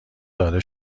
داده